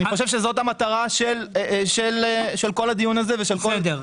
אני חושב שזו המטרה של כל הדיון הזה ושל כל.